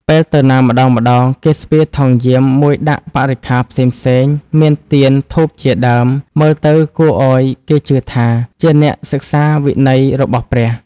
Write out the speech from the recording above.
ពេលទៅណាម្ដងៗគេស្ពាយថង់យាមមួយដាក់បរិក្ខាផ្សេងៗ មានទៀន ធូបជាដើម មើលទៅគួរឲ្យគេជឿថា ជានាក់សិក្សាវិន័យរបស់ព្រះ ។